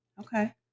Okay